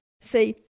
See